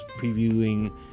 previewing